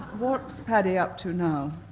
what's paddy up to now?